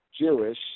Jewish